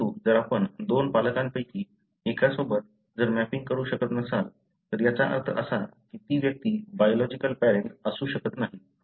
परंतु जर आपण दोन पालकांपैकी एका सोबत जर मॅपिंग करू शकत नसाल तर याचा अर्थ असा की ती व्यक्ती बायोलॉजिकल पॅरेंट असू शकत नाही